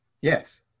Yes